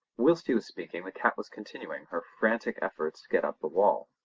whilst he was speaking the cat was continuing her frantic efforts to get up the wall.